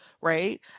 Right